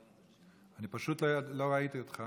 אני פשוט לא ראיתי אותך